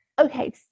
Okay